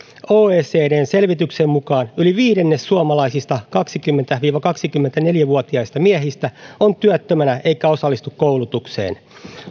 oecdn selvityksen mukaan yli viidennes suomalaisista kaksikymmentä viiva kaksikymmentäneljä vuotiaista miehistä on työttömänä eikä osallistu koulutukseen